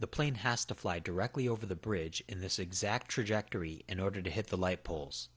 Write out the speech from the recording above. the plane has to fly directly over the bridge in this exact trajectory in order to hit the light poles